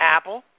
Apple